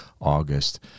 August